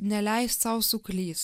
neleist sau suklyst